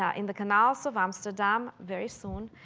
ah in the canals of amsterdam very soon.